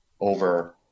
over